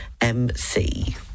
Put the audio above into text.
MC